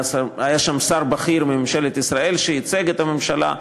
היה שם שר בכיר מממשלת ישראל שייצג את הממשלה.